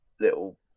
little